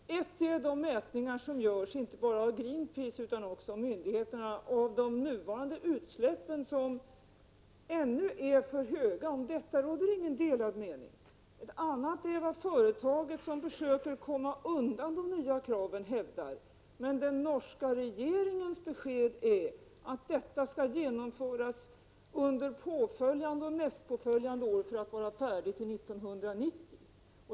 Prot. 1987/88:33 Herr talman! En sak är de mätningar som görs, inte bara av Greenpeace 27 november 1987 utan också av myndigheterna, av de nuvarande utsläppen. Ännu är utsläppen för höga — om detta råder inga delade meningar. gm fIEver ke fOrstag - i KR om höjning av avgiften En annan sak är vad företaget, som försöker komma undan de nya kraven, förnkummerförfrå hävdar. Men den norska regeringens besked är att åtgärdsprogrammet skall ningar e genomföras under nästa år och därpå följande år, för att vara helt genomfört till 1990.